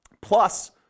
plus